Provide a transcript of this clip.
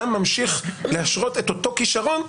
אתה ממשיך להשרות את אותו כישרון,